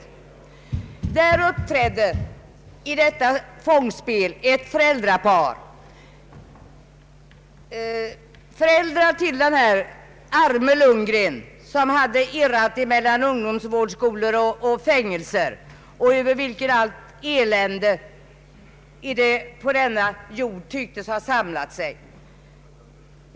I det uppträdde ett föräldrapar till den arme Lundgren som hade irrat mellan ungdomsvårdsskolor och fängelser och över vilken allt elände på denna jord tycktes ha samlat sig.